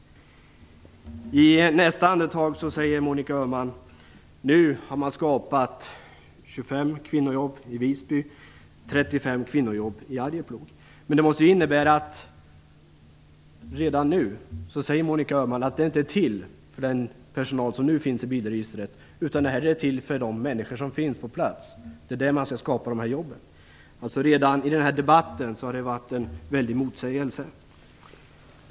I nästa andetag säger Monica Öhman att man nu har skapat 25 kvinnojobb i Visby och 35 kvinnojobb i Arjeplog. Det innebär att Monica Öhman redan nu säger att jobben inte är till för den personal som nu finns i bilregistret utan för de människor som finns på plats. Det är där man skall skapa dessa jobb. Redan i debatten har det funnits en väldig motsägelse.